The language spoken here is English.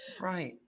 right